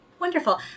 Wonderful